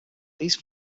these